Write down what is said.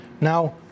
Now